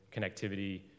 connectivity